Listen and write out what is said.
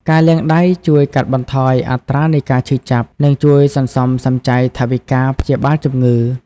ការលាងដៃជួយកាត់បន្ថយអត្រានៃការឈឺចាប់ និងជួយសន្សំសំចៃថវិកាព្យាបាលជំងឺ។